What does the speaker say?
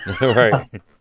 Right